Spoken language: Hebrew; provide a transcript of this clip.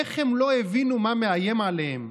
איך הם לא הבינו מה מאיים עליהם?